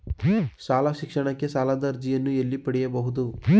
ಶಾಲಾ ಶಿಕ್ಷಣಕ್ಕೆ ಸಾಲದ ಅರ್ಜಿಯನ್ನು ಎಲ್ಲಿ ಪಡೆಯಬಹುದು?